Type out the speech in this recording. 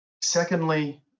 Secondly